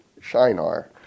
Shinar